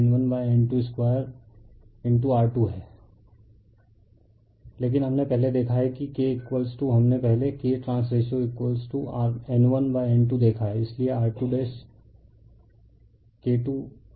refer slide time 2616 लेकिन हमने पहले देखा है कि K हमने पहले K ट्रांस रेशो N1N2 देखा है इसलिए R2 K2R2 होगा